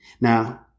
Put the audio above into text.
Now